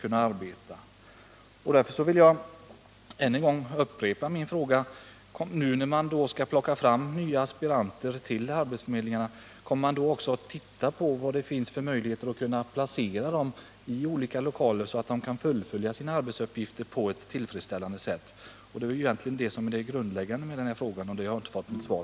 Jag vill därför än en gång framställa följande fråga: Kommer regeringen i samband med att den nu skall tillföra arbetsförmedlingarna ett antal aspiranter att undersöka vilka möjligheter som finns att placera dem i lokaler som medger att de kan fullfölja sina arbetsuppgifter på ett tillfredsställande sätt? Detta är den grundläggande frågeställningen, och på den punkten har jag inte fått något svar.